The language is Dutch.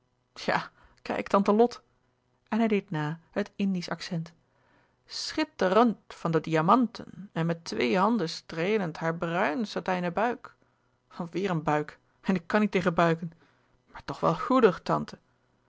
jà kijk tante lot en hij deed na het indisch accent schitterènd van de diamanten en met twee handen streelend haar bruin satijnen buik alweêr een buik en ik kan niet tegen buiken maar toch wel ghoedig tante